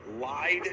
lied